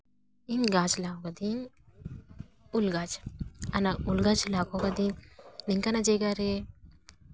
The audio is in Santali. ᱤᱧ ᱜᱟᱪᱷ ᱞᱟᱜᱟᱣ ᱠᱟᱫᱟᱧ ᱩᱞ ᱜᱟᱪᱷ ᱚᱱᱟ ᱩᱞ ᱜᱟᱪᱷ ᱞᱟᱜᱟᱣ ᱠᱟᱹᱫᱟᱹᱧ ᱱᱚᱝᱠᱟᱱᱟᱜ ᱡᱟᱭᱜᱟᱨᱮ